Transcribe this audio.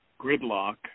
gridlock